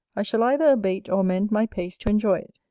i shall either abate or amend my pace to enjoy it,